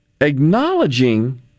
acknowledging